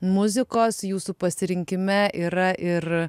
muzikos jūsų pasirinkime yra ir